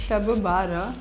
शब ॿार